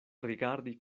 rigardi